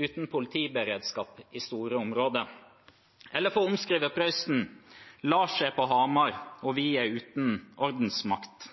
uten politiberedskap i store områder. Eller for å omskrive Prøysen: Lars er på Hamar, og vi er uten ordensmakt.